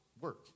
work